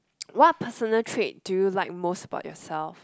what personality trait do you like most about yourself